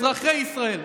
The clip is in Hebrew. אזרחי ישראל,